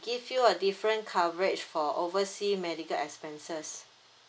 give you a different coverage for oversea medical expenses